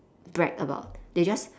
bribe about they just